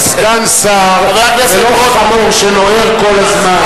אתה סגן שר ולא חמור שנוער כל הזמן,